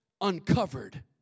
uncovered